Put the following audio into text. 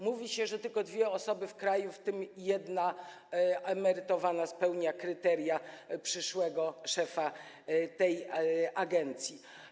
Mówi się, że tylko dwie osoby w kraju, w tym jedna emerytowana, spełnia kryteria przyszłego szefa tej agencji.